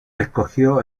escogió